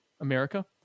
America